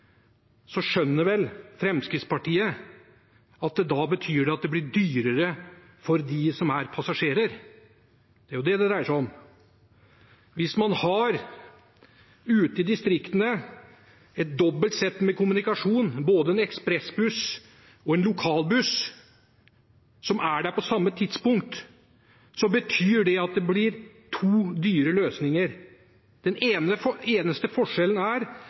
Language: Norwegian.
skjønner vel Fremskrittspartiet at da betyr det at det blir dyrere for dem som er passasjerer. Det er jo det det dreier seg om. Hvis man ute i distriktene har et dobbelt sett med kommunikasjon, både en ekspressbuss og en lokalbuss, som er der på samme tidspunkt, betyr det at det blir to dyre løsninger. Den eneste forskjellen er at ekspressbussen er kommersiell og de andre et tilbud som delvis er